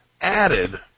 added